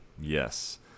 yes